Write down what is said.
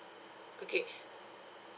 okay